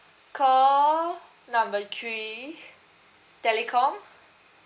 call number three telecom